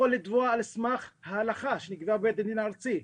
לתבוע על סמך ההלכה שנקבעה בבית הדין הארצי,